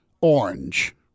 orange